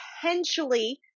potentially